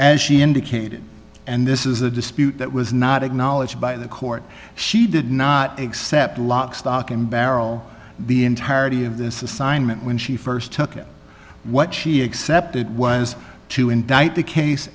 as she indicated and this is a dispute that was not acknowledged by the court she did not accept lock stock and barrel the entirety of this assignment when she st took what she accepted was to indict the case